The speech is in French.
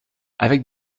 avec